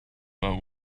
but